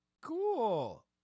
cool